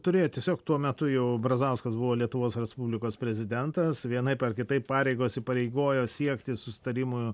turėjo tiesiog tuo metu jau brazauskas buvo lietuvos respublikos prezidentas vienaip ar kitaip pareigos įpareigoja siekti susitarimo